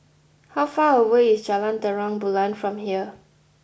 how far away is Jalan Terang Bulan from here